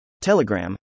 Telegram